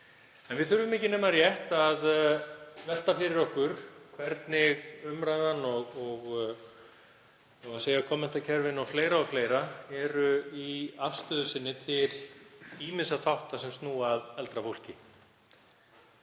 En við þurfum ekki nema rétt að velta fyrir okkur hvernig umræðan, kommentakerfin og fleira eru í afstöðu sinni til ýmissa þátta sem snúa að eldra fólki.